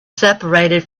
separated